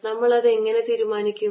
നമ്മൾ അത് എങ്ങനെ തീരുമാനിക്കും